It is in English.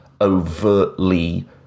overtly